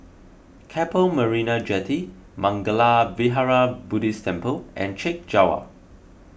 Keppel Marina Jetty Mangala Vihara Buddhist Temple and Chek Jawa